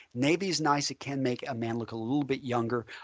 navy is nice it can make a man look a little bit younger.